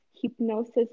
hypnosis